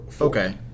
okay